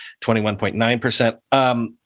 21.9%